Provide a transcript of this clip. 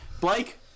Blake